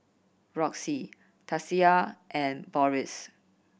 Roxie Tasia and Boris